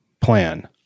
plan